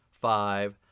five